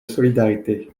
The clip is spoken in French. solidarité